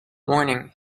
morning